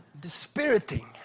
dispiriting